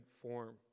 form